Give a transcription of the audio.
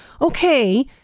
Okay